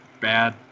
bad